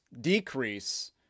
decrease